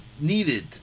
needed